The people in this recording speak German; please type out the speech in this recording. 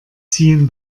ziehen